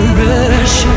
rush